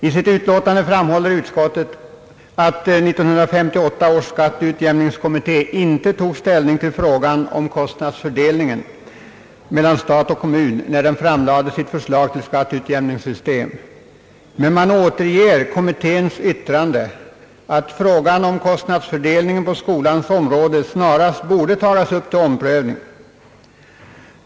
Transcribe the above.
I sitt utlåtande framhåller utskottet, att 1958 års skatteutjämningskommitté inte tog ställning till frågan om kostnadsfördelningen mellan stat och kommun när den framlade sitt förslag till skatteutjämningssystem. Man återger dock kommitténs yttrande att frågan om kostnadsfördelningen på skolans område snarast borde tagas upp till prövning.